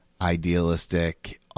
idealistic